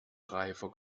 reifer